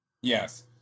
Yes